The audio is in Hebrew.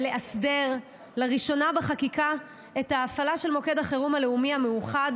ולאסדר לראשונה בחקיקה את ההפעלה של מוקד החירום הלאומי המאוחד